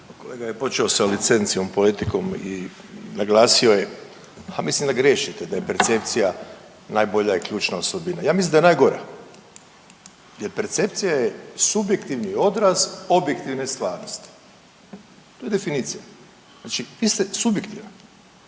Kolega je počeo sa licencijom, … i naglasio je, a mislim da griješite da je percepcija najbolja ključna osobina. Ja mislim da je najgora, jer percepcija je subjektivni odraz objektivne stvarnosti. To je definicija, znači vi ste subjektivan